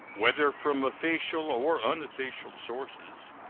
whether from official or unofficial sources,